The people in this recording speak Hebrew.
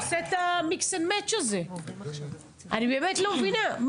אני באמת לא מבינה.